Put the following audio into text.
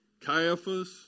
Caiaphas